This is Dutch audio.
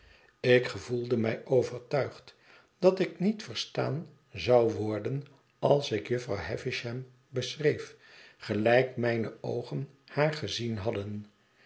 ik gevoelde mij overtuigd dat ik niet verstaan zou worden als ik jufvrouw havisham beschreef gelijk mijne oogen haar gezien hadden